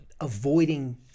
avoiding